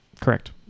correct